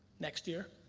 next year?